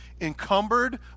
Encumbered